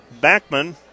Backman